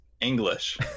english